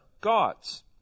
gods